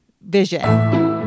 vision